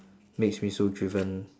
makes me so driven